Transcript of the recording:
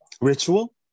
ritual